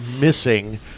missing